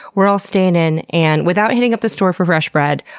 we're all staying in, and without hitting up the store for fresh bread,